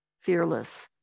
fearless